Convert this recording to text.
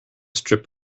strip